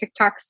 TikToks